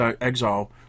exile